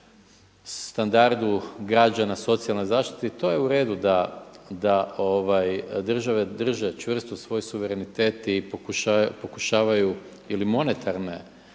standardu građana, socijalnoj zaštiti, to je uredu da države drže čvrsto svoj suverenitet i pokušavaju ili monetarne